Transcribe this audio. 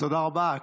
תודה רבה.